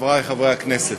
חברי חברי הכנסת,